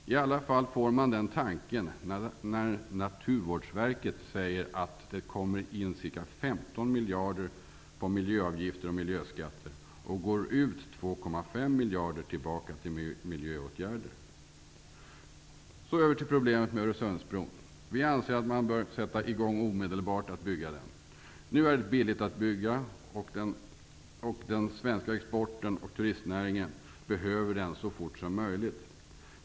I alla fall får jag den tanken när Naturvårdsverket säger att det kommer in cirka 15 miljarder i form av miljöavgifter och miljöskatter och går ut 2,5 miljarder tillbaka till miljöåtgärder. Så över till problemet med Öresundsbron. Vi anser att man bör sätta i gång omedelbart att bygga den. Nu är det billigt att bygga, och den svenska exporten och turistnäringen behöver bron så fort som möjligt.